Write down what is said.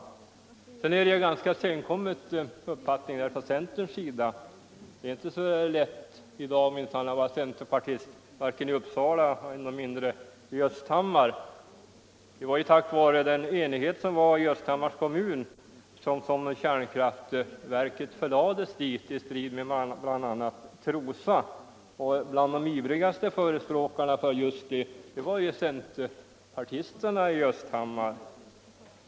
| Centerns uppfattning i kärnkraftsfrågan är ganska senkommen, och det är minsann inte så lätt att vara centerpartist i dag. vare sig i Uppsala Allmänpolitisk debatt Allmänpolitisk debatt eller — ännu mindre - i Östhammar. Det var ju tack vare den enighet som rådde i Östhammars kommun som kärnkraftverket förlades dit i strid med bl.a. Trosa, och bland de ivrigaste förespråkarna för den placeringen fanns centerpartisterna i Östhammar.